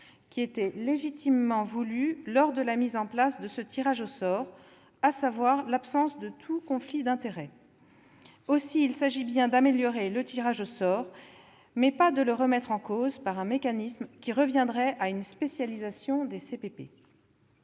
qui était légitimement voulue lors de la mise en place de ce tirage au sort, à savoir l'absence de tout conflit d'intérêts. Aussi, il s'agit bien d'améliorer le tirage au sort, mais certainement pas de le remettre en cause par un mécanisme qui reviendrait à une spécialisation des CPP.